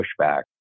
pushback